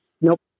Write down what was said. nope